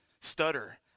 stutter